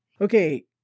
okay